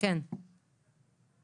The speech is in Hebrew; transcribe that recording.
אני